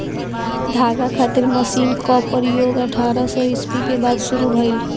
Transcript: धागा खातिर मशीन क प्रयोग अठारह सौ ईस्वी के बाद शुरू भइल